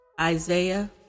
Isaiah